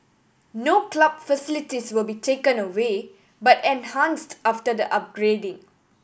no club facilities will be taken away but enhanced after the upgrading